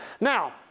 Now